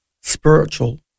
spiritual